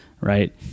Right